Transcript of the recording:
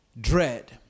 dread